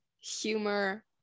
humor